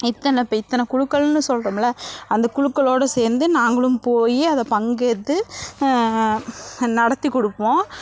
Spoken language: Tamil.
இத்தனை ப இத்தனை குழுக்கள்னு சொல்கிறோமில்ல அந்த குழுக்களோடய சேர்ந்து நாங்களும் போய் அதை பங்கேற்று நடத்திக் கொடுப்போம்